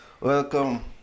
Welcome